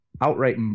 outright